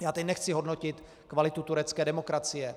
Já teď nechci hodnotit kvalitu turecké demokracie.